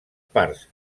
parts